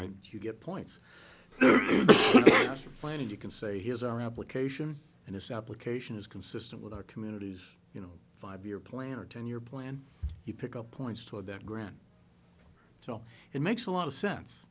and you get points that's fine and you can say here's our application and this application is consistent with our communities you know five year plan or ten year plan you pick up points toward that ground so it makes a lot of sense